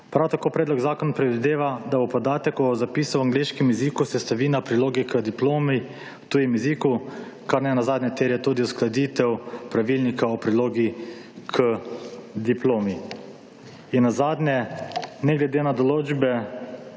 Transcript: Prav tako predlog zakona predvideva, da bo podatek o zapisu v angleškem jeziku sestavina priloge k diplomi v tujem jeziku, kar nenazadnje terja tudi uskladitev pravilnika o prilogi k diplomi. In nazadnje ne glede na določbe